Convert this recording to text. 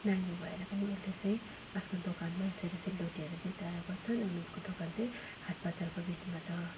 नानी भएर पनि उसले चाहिँ आफ्नो दोकानमा यसरी सेल रोटीहरू बेचिरहेको छ उसको दोकान चाहिँ हाट बजारको बिचमा छ